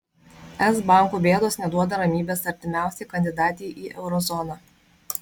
es bankų bėdos neduoda ramybės artimiausiai kandidatei į euro zoną